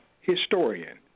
historian